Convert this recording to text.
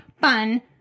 fun